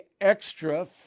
extra